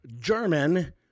German